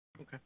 Okay